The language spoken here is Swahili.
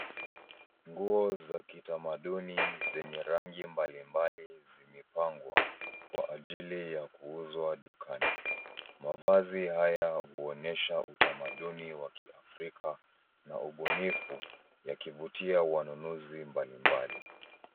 Nguo za kitamaduni zenye rangi mbalimbali zimepangwa kwa ajili ya kuuzwa dukani. Mavazi haya huonyesha utamaduni wa Kiafrika na ubunifu yakivutia wanunuzi mbalimbali.